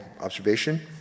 observation